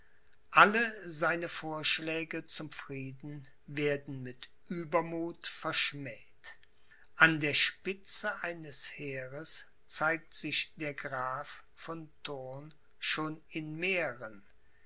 alle seine vorschläge zum frieden werden mit uebermuth verschmäht an der spitze eines heeres zeigt sich der graf von thurn schon in mähren